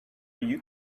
you